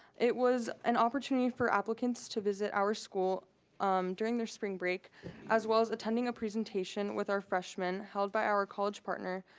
it was an opportunity for applicants to visit our school during their spring break as well as attending a presentation with our freshman held by our college partner,